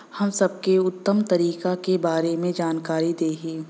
हम सबके उत्तम तरीका के बारे में जानकारी देही?